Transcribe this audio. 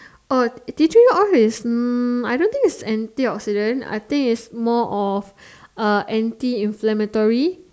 oh tea tree oil is mm I don't think is anti oxidant I think it's more of uh anti inflammatory